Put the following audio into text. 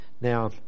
Now